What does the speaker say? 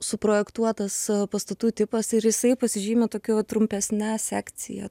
suprojektuotas pastatų tipas ir jisai pasižymi tokiu trumpesne sekcija